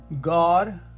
God